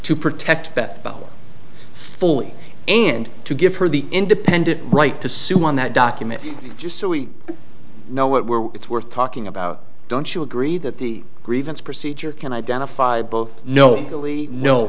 to protect bethel fully and to give her the independent right to sue on that document just so we know what we're it's worth talking about don't you agree that the grievance procedure can identify both no